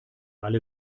alle